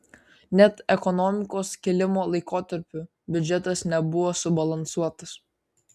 net ekonomikos kilimo laikotarpiu biudžetas nebuvo subalansuotas